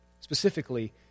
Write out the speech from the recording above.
Specifically